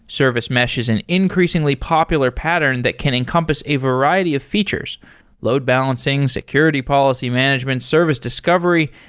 service mesh is an increasingly popular pattern that can encompass a variety of features load balancing, security policy management, service discovery,